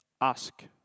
ask